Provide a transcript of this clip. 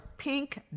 Pink